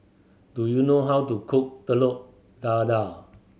do you know how to cook Telur Dadah